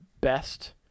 best